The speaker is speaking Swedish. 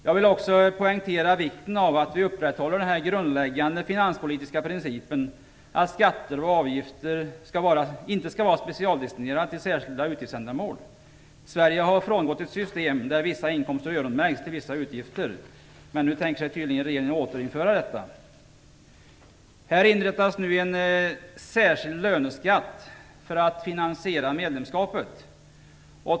Jag vill också poängtera vikten av att vi upprätthåller den grundläggande finanspolitiska principen att skatter och avgifter inte skall vara specialdestinerade till särskilda utgiftsändamål. Sverige har frångått ett system där vissa inkomster öronmärks till vissa utgifter. Nu tänker regeringen tydligen återinföra detta. Här inrättas nu en särskild löneskatt för att finansiera medlemskapet.